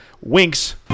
winks